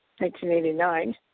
1989